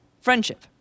friendship